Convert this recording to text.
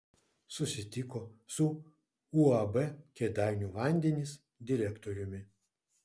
susitiko su uab kėdainių vandenys direktoriumi